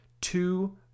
two